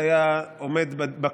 מבחינתי, זה היה עומד בכללים.